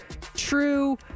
true